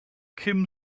kim